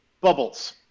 Bubbles